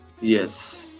Yes